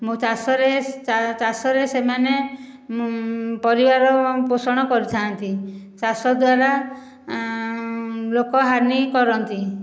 ମୁଁ ଚାଷରେ ଚାଷରେ ସେମାନେ ପରିବାର ପୋଷଣ କରିଥାନ୍ତି ଚାଷ ଦ୍ଵାରା ଲୋକ ହାନି କରନ୍ତି